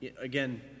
Again